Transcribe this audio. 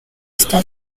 esta